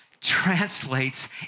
translates